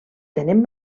tenen